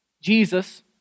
Jesus